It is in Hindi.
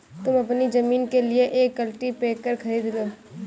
तुम अपनी जमीन के लिए एक कल्टीपैकर खरीद लो